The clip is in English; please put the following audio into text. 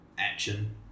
action